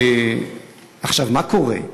עכשיו, מה קורה?